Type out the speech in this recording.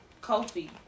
Kofi